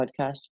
podcast